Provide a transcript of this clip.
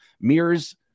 mirrors